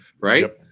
right